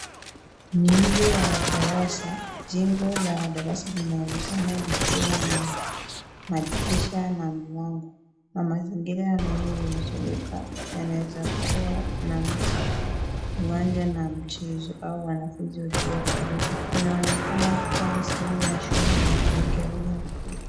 Ni nje ya darasa, jengo la darasa linaonekana likiwa na madirisha na mlango, na mazingira yanayozunguka yanaweza kuwa na mti . uwanja na michezo au wanafaunzi wakiwa karibu. Linaonekana kuwa ni sehemu ya shule ya msingi au ya upili.